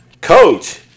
coach